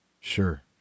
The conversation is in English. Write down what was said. Sure